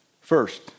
First